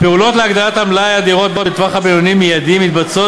הפעולות להגדלת מלאי הדירות בטווח הבינוני-מיידי מתבצעות